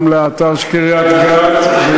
גם לאתר של קריית-גת,